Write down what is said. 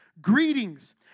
greetings